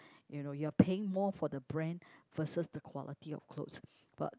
you know you are paying more for the brand versus the quality of cloth but